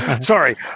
Sorry